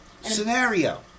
scenario